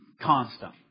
constant